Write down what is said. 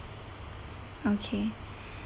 okay